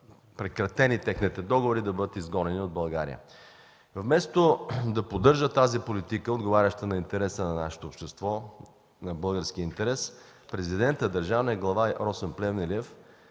ЕВН, ЧЕЗ и Енерго-про, и да бъдат изгонени от България. Вместо да поддържа тази политика, отговаряща на интереса на нашето общество, на българския интерес, президентът, държавният глава Росен Плевнелиев